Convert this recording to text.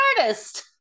artist